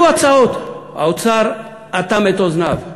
היו הצעות, האוצר אטם את אוזניו.